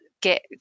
get